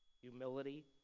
Humility